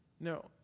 No